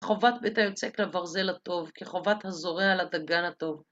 כחובת בית היוצק לברזל הטוב, כחובת הזורע לדגן הטוב.